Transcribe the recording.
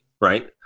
Right